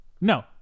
No